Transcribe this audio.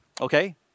okay